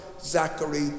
Zachary